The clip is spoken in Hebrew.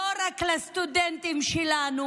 לא רק לסטודנטים שלנו